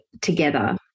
together